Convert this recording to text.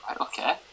okay